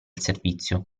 servizio